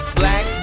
black